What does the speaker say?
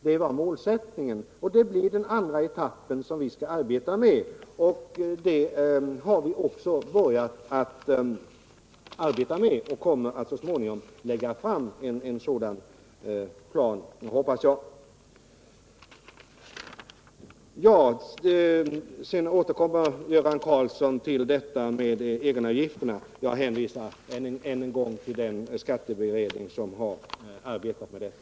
Det är den andra etapp som vi har börjat arbeta med och som jag hoppas vi så småningom kommer att lägga fram en plan för. Sedan återkommer Göran Karlsson till detta med egenavgifterna. Jag hänvisar än en gång till den skatteberedning som arbetar med den frågan.